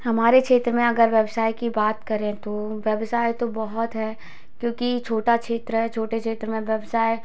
हमारे क्षेत्र में अगर व्यवसाय की बात करें तो व्यवसाय तो बहुत है क्योंकि छोटा क्षेत्र है छोटे क्षेत्र में व्यवसाय